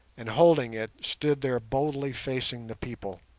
and holding it, stood there boldly facing the people.